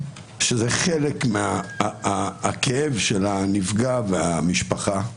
וזה חלק מהכאב של הנפגע והמשפחה.